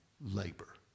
labor